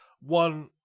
one